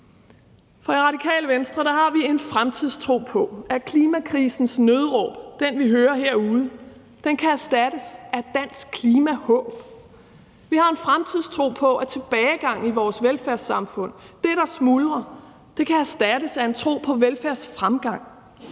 For i Radikale Venstre har vi en fremtidstro på, at klimakrisens nødråb – det, vi hører herude – kan erstattes af dansk klimahåb. Vi har en fremtidstro på, at tilbagegang i vores velfærdssamfund – det, der smuldrer – kan erstattes af en tro på velfærdsfremgang,